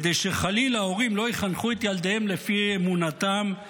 כדי שחלילה הורים לא יחנכו את ילדיהם לפי אמונתם,